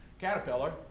caterpillar